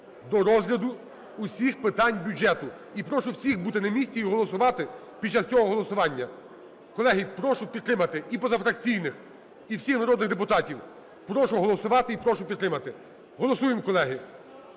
до розгляду всіх питань бюджету. І прошу всіх бути на місці і голосувати під час цього голосування. Колеги, прошу підтримати і позафракційних, і всіх народних депутатів. Прошу проголосувати і прошу підтримати. Голосуємо, колеги.